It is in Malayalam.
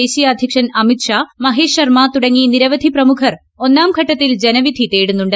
ദേശീയ അധ്യക്ഷൻ അമിത് ഷാ മഹേഷ് ശർമ തുടങ്ങി നിരവധി പ്രമുഖർ ഒന്നാം ഘട്ടത്തിൽ ജനവിധി തേടുന്നുണ്ട്